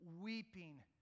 weeping